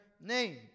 name